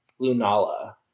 lunala